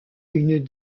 une